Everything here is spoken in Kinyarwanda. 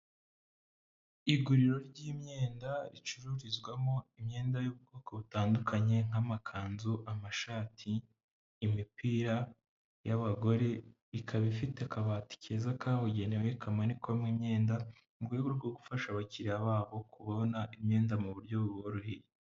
Iguriro ry'imyenda, ricururizwamo imyenda y'ubwoko butandukanye, nk'amakanzu, amashati, imipira y'abagore, ikaba ifite akabati keza kabugenewe kamanikwamo imyenda, mu rwego rwo gufasha abakiriya babo kubona imyenda, mu buryo buboroheye.